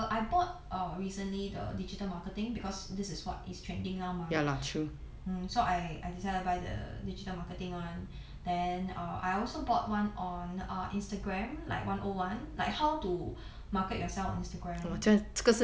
err I bought uh recently the digital marketing because this is what is trending now mah mm so I I decided to buy the digital marketing one then err I also bought one on ah instagram like one O one like how to market yourself on instagram